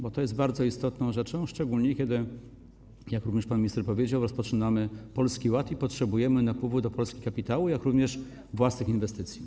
Bo to jest bardzo istotna rzecz, szczególnie kiedy - jak również pan minister powiedział - rozpoczynamy Polski Ład i potrzebujemy napływu do Polski kapitału, jak również własnych inwestycji?